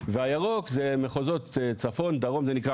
והירוק זה נקרא הפריפריה,